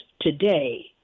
today